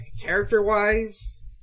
character-wise